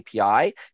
API